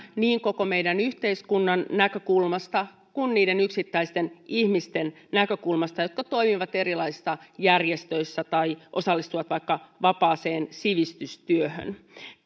niin koko meidän yhteiskuntamme näkökulmasta kuin niiden yksittäisten ihmisten näkökulmasta jotka toimivat erilaisissa järjestöissä tai osallistuvat vaikka vapaaseen sivistystyöhön